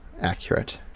accurate